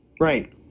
Right